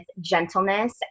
gentleness